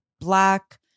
black